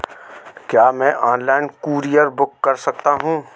क्या मैं online courier book कर सकता हूँ?